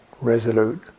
resolute